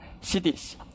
cities